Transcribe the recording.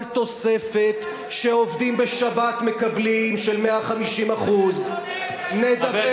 על תוספת שעובדים בשבת מקבלים של 150% אתה שונא את היהדות.